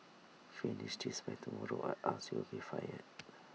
finish this by tomorrow or else you'll be fired